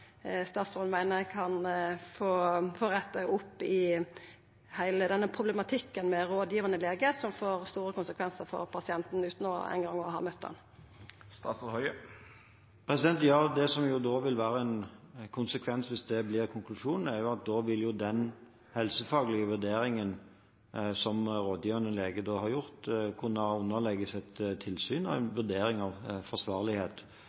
statsråden meiner at ein kan få retta opp i heile denne problematikken med rådgivande legar, som får store konsekvensar for pasientar, utan at dei eingong har møtt dei? Ja, det som da vil være en konsekvens, hvis det blir konklusjonen, er at den helsefaglige vurderingen som den rådgivende legen har gjort, da vil kunne underlegges et tilsyn og få en vurdering av forsvarlighet.